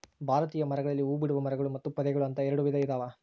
ಭಾರತೀಯ ಮರಗಳಲ್ಲಿ ಹೂಬಿಡುವ ಮರಗಳು ಮತ್ತು ಪೊದೆಗಳು ಅಂತ ಎರೆಡು ವಿಧ ಇದಾವ